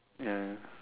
ya ya ya